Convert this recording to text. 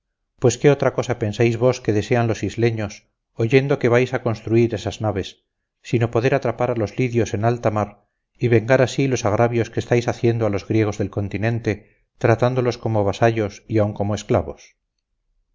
pues qué otra cosa pensáis vos que desean los isleños oyendo que vais a construir esas naves sino poder atrapar a los lidios en alta mar y vengar así los agravios que estáis haciendo a los griegos del continente tratándolos cuino vasallos y aun como esclavos